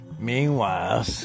Meanwhile